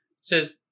says